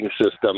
system